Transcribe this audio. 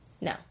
No